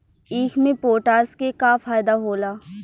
ईख मे पोटास के का फायदा होला?